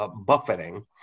buffeting